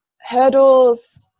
Hurdles